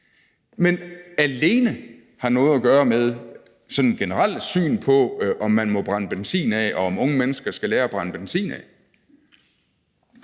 har alene noget at gøre med det sådan generelle syn på, om man må brænde benzin af, og om unge mennesker skal lære at brænde benzin af.